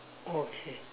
oh okay